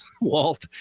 Walt